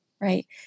Right